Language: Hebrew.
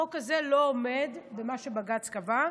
החוק הזה לא עומד במה שבג"ץ קבע.